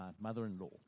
mother-in-law